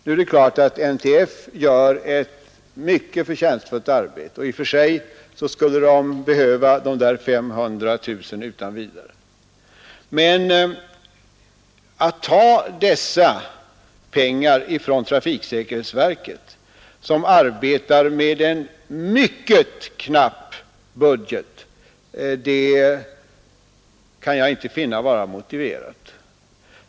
Det är klart att NTF gör ett mycket förtjänstfullt arbete och i och för sig skulle NTF behöva de där 500 000 kronorna utan vidare. Men att ta dessa pengar ifrån trafiksäkerhetsverket som arbetar med en mycket knapp budget kan jag inte finna vara motiverat.